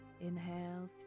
inhale